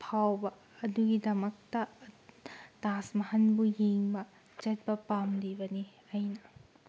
ꯐꯥꯎꯕ ꯑꯗꯨꯒꯤꯗꯃꯛꯇ ꯇꯥꯖ ꯃꯍꯜꯕꯨ ꯌꯦꯡꯕ ꯆꯠꯄ ꯄꯥꯝꯂꯤꯕꯅꯤ ꯑꯩꯅ